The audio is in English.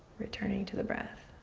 returning to the breath.